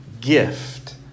gift